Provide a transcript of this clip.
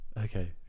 Okay